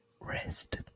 rest